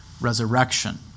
resurrection